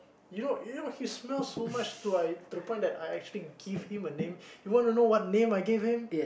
you know you know he smells so much to I to the point I actually give him a name you wanna know what name I gave him